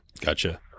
Gotcha